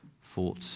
fought